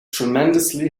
tremendously